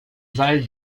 val